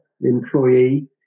employee